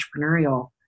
entrepreneurial